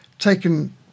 taken